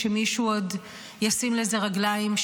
שמישהו עוד ישים לזה רגליים,